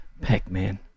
Pac-Man